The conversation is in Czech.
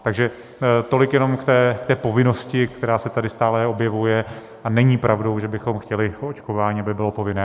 Takže tolik jenom k té povinnosti, která se tady stále objevuje a není pravdou, že bychom chtěli, aby očkování bylo povinné.